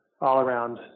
all-around